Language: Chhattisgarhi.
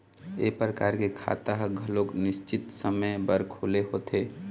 ए परकार के खाता ह घलोक निस्चित समे बर खुले होथे